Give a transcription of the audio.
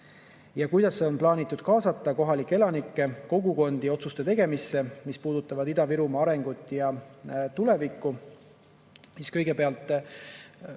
"Kuidas on plaanitud kaasata kohalikke elanikke, kogukondi otsuste tegemisse, mis puudutavad Ida-Virumaa arengut ja tulevikku?" Kõigepealt,